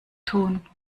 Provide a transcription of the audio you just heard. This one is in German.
tun